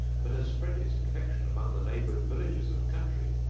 but has spread its infection among the neighboring villages and country.